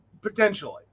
potentially